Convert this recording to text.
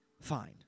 Fine